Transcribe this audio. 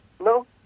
No